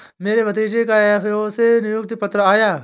मेरे भतीजे का एफ.ए.ओ से नियुक्ति पत्र आया है